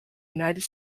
united